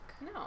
No